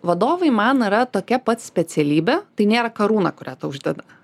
vadovai man yra tokia pat specialybė tai nėra karūna kurią tau uždeda